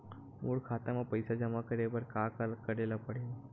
मोर खाता म पईसा जमा करे बर का का करे ल पड़हि?